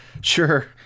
sure